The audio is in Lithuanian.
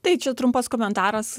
tai čia trumpas komentaras